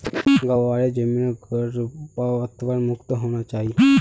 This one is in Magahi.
ग्वारेर जमीन खरपतवार मुक्त होना चाई